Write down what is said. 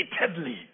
repeatedly